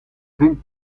vindt